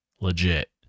legit